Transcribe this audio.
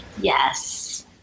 Yes